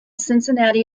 cincinnati